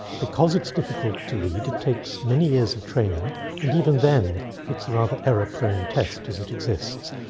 because it's difficult to read, it takes many years of training and even then it's a rather error-prone test as it exists.